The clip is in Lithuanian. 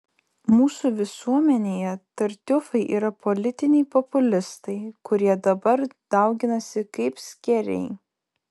mūsų visuomenėje tartiufai yra politiniai populistai kurie dabar dauginasi kaip skėriai